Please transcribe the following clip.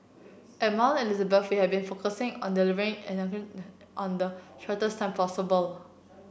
at Mount Elizabeth we have been focusing on delivering an and shortest possible